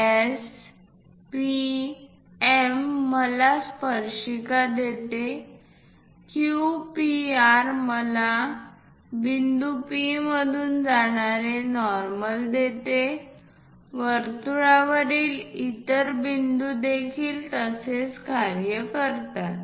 S P M मला स्पर्शिका देते Q P R मला बिंदू P मधून जाणारी नॉर्मल देते वर्तुळावरील इतर बिंदूदेखील असेच कार्य करतात